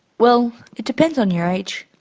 well, it depends on your age.